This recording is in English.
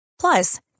Plus